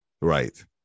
Right